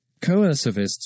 Coercivists